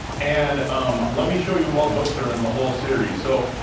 and um let me show you what books are in the whole series. so,